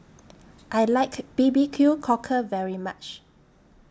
I like B B Q Cockle very much